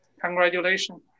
Congratulations